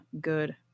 good